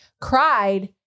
cried